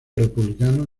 republicano